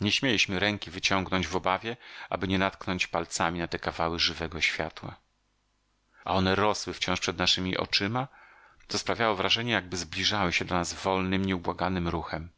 nie śmieliśmy ręki wyciągnąć w obawie aby nie natknąć palcami na te kawały żywego światła a one rosły wciąż przed naszemi oczyma co sprawiało wrażenie jakby zbliżały się do nas wolnym nieubłaganym ruchem